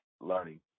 learning